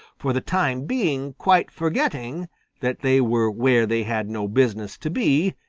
for the time being quite forgetting that they were where they had no business to be,